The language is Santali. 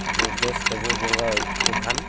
ᱟᱵᱚ ᱵᱮᱥ ᱛᱮᱵᱚᱱ ᱵᱚᱸᱜᱟ ᱟᱠᱚᱠᱷᱟᱱ